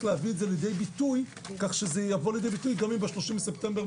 להביא את זה לידי ביטוי כך שזה יבוא לידי ביטוי גם אם ב-30 בספטמבר,